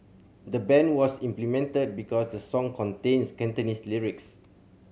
the ban was implemented because the song contains Cantonese lyrics